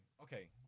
okay